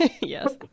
yes